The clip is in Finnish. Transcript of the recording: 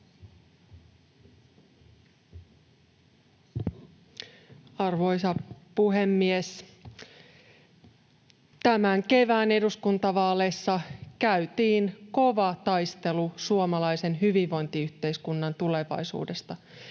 Arvoisa puhemies! Tämän kevään eduskuntavaaleissa käytiin kova taistelu suomalaisen hyvinvointiyhteiskunnan tulevaisuudesta.